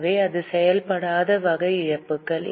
எனவே இது செயல்படாத வகை இழப்புகள்